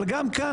אבל גם כאן,